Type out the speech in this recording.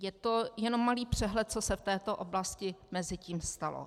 Je to jenom malý přehled, co se v této oblasti mezitím stalo.